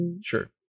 Sure